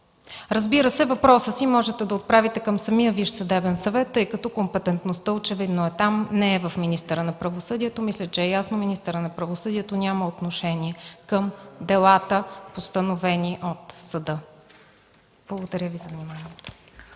Разбира се, въпросът си може да отправите към самия Висш съдебен съвет, тъй като компетентността очевидно е там, а не е в министър на правосъдието. Мисля, че е ясно, че министърът на правосъдието няма отношение към делата, постановени от съда. (Реплики от народния